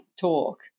Talk